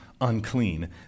unclean